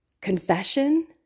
confession